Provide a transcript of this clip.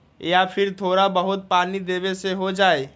या फिर थोड़ा बहुत पानी देबे से हो जाइ?